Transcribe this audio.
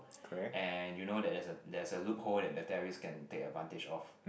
and you know that there's there's a loophole that the terrorist can take advantage of